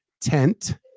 tent